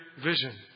vision